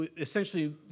essentially